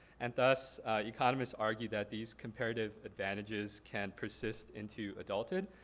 and thus economists argue that these comparative advantages can persist into adulthood,